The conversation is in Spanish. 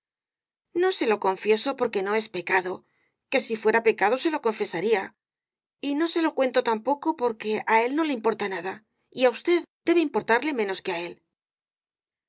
no se lo confieso porque no es pecado que si fuera pecado se lo confesaría y no se lo cuento tampoco porque á él no le importa nada y á usted debe importarle menos que á él